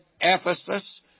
Ephesus